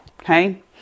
Okay